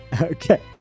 Okay